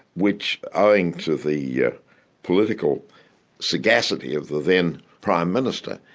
which owing to the yeah political sagacity of the then prime minister,